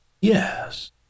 Yes